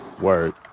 Word